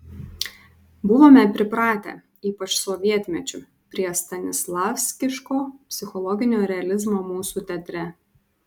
buvome pripratę ypač sovietmečiu prie stanislavskiško psichologinio realizmo mūsų teatre